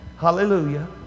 hallelujah